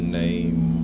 name